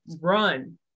run